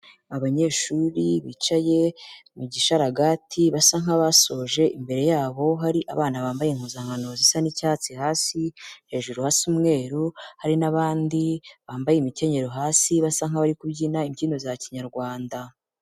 Abanyeshuri bicaye mu gishararagati basa nk'abasoje, imbere yabo hari abana bambaye impuzankano zisa n'icyatsi hasi hejuru hasa umweru, hari n'abandi bambaye imikenyero hasi basa nk'abari kubyina imbyino za Kinyarwanda.